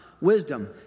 wisdom